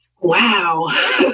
Wow